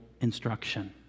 instruction